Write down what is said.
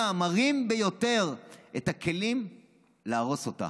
המרים ביותר את הכלים להרוס אותה.